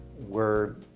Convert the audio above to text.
were